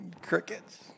Crickets